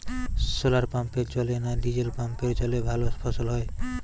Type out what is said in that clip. শোলার পাম্পের জলে না ডিজেল পাম্পের জলে ভালো ফসল হয়?